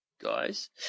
guys